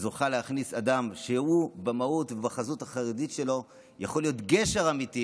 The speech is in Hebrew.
זוכים להכניס אדם שהוא במהות ובחזות החרדית יכול להיות גשר אמיתי